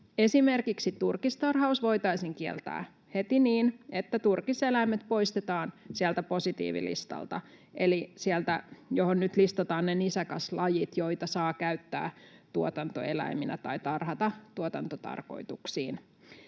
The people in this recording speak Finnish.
Esimerkiksi turkistarhaus voitaisiin kieltää heti niin, että turkiseläimet poistetaan positiivilistalta eli sieltä, johon nyt listataan ne nisäkäslajit, joita saa käyttää tuotantoeläiminä tai tarhata tuotantotarkoituksiin.